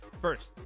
First